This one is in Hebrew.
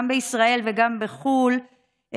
גם בישראל וגם בחו"ל,